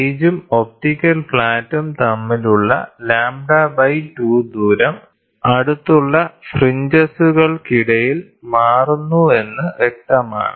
ഗേജും optical ഫ്ലാറ്റും തമ്മിലുള്ള λ 2 ദൂരം അടുത്തുള്ള ഫ്രിഞ്ചസുകൾക്കിടയിൽ മാറുന്നുവെന്ന് വ്യക്തമാണ്